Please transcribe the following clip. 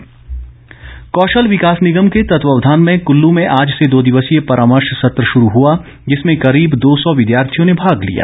परामर्श सत्र कौशल विकास निगम के तत्वावधान में कुल्लू में आज से दो दिवसीय परामर्श सत्र शुरू हुआ जिसमें करीब दो सौ विद्यार्थियों ने भाग लिया